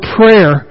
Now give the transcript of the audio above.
prayer